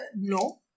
no